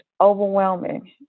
overwhelming